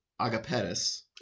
Agapetus